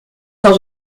cent